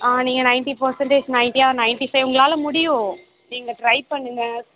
ஆ நீங்கள் ninety percentage ninety or ninety five உங்களால் முடியும் நீங்கள் ட்ரை பண்ணுங்கள்